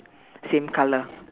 same color